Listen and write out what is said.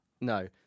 No